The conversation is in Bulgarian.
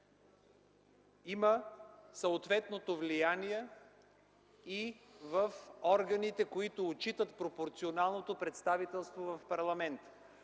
има съответното влияние в органите, които отчитат пропорционалното представителство в парламента.